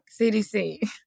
CDC